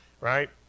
right